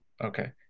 Okay